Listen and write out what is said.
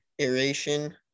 aeration